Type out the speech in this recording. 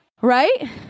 right